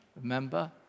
remember